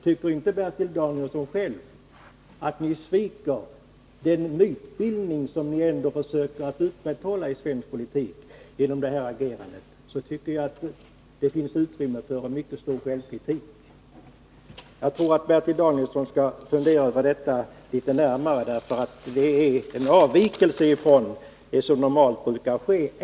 Tycker inte Bertil Danielsson själv att moderaterna genom det här agerandet sviker den mytbildning som man försöker att åstadkomma i svensk politik. Här finns enligt min mening utrymme för en mycket skarp självkritik. Jag tror att Bertil Danielsson skall fundera litet närmare över denna avvikelse från det normala förfaringssättet.